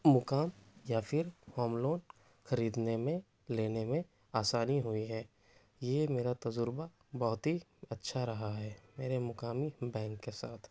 مقام یا پھر ہوم لون خریدنے میں لینے میں آسانی ہوئی ہے یہ میرا تجربہ بہت ہی اچھا رہا ہے میرے مقامی بینک کے ساتھ